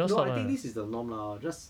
no I think this is a norm lah just